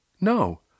No